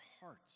hearts